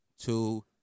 two